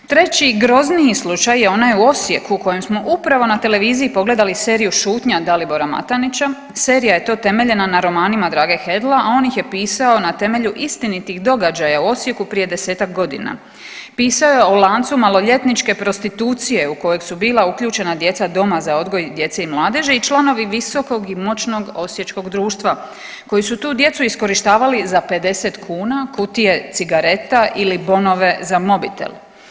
Treći grozniji slučaj je onaj u Osijeku u kojem smo upravo na televiziji pogledali seriju Šutnja Dalibora Matanića, serija je to temeljena na romanima Drage Hedla, a on ih je pisao na temelju istinitih događaja u Osijeku prije 10-tak godina, pisao je o lancu maloljetničke prostitucije u kojeg su bila uključena djeca Doma za odgoj djece i mladeži i članovi visokog i moćnog osječkog društva koji su tu djecu iskorištavali za 50 kuna, kutije cigareta ili bonove za mobitel.